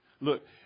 Look